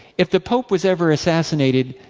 if the pope was ever assassinated,